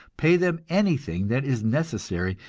pay them anything that is necessary,